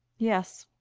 yes,